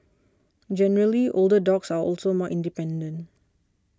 generally older dogs are also more independent